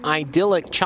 idyllic